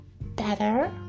Better